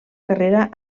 carrera